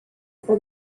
for